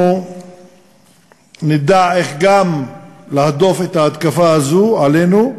אנחנו נדע איך להדוף את ההתקפה הזאת עלינו,